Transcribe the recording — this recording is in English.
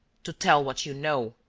to tell what you know?